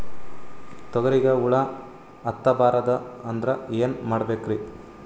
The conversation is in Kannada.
ತೊಗರಿಗ ಹುಳ ಹತ್ತಬಾರದು ಅಂದ್ರ ಏನ್ ಮಾಡಬೇಕ್ರಿ?